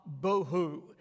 bohu